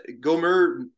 Gomer